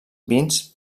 vins